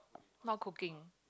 not cooking